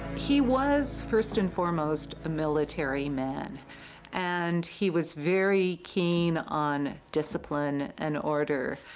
he was first and foremost a military man and he was very keen on discipline and order.